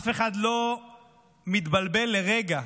אף אחד לא מתבלבל לרגע,